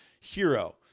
hero